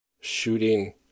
shooting